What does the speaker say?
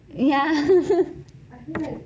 ya